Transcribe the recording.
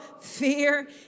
fear